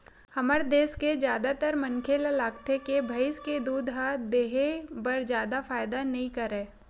हमर देस के जादातर मनखे ल लागथे के भइस के दूद ह देहे बर जादा फायदा नइ करय